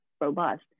robust